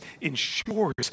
ensures